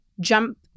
jump